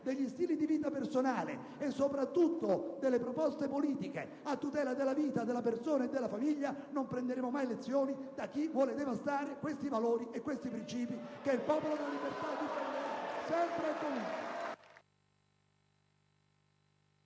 degli stili di vita personali e, soprattutto, delle proposte politiche a tutela della vita, della persona e della famiglia, non prenderemo mai lezioni da chi vuole devastare questi valori e questi principi, che il Popolo della Libertà difende sempre e comunque.